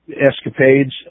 escapades